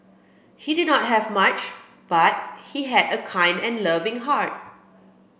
he did not have much but he had a kind and loving heart